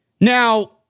Now